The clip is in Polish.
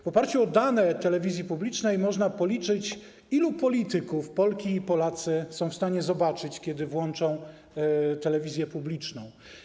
W oparciu o dane telewizji publicznej można policzyć, ilu polityków Polki i Polacy są w stanie zobaczyć, kiedy włączą telewizję publiczną.